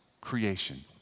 creation